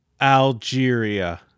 Algeria